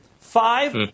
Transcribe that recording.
five